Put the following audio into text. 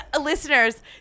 listeners